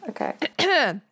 okay